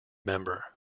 member